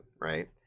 Right